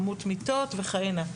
כמות מיטות וכהנה.